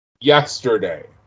yesterday